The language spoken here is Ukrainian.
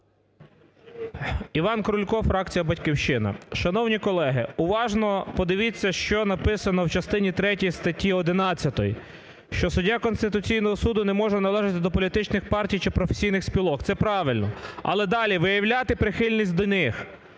Іван Крулько, фракція "Батьківщина". Шановні колеги, уважно подивіться, що написано в частині третій статті 11. Що суддя Конституційного Суду не може належати до політичних партій чи професійних спілок, це правильно. Але далі: виявляти прихильність до них.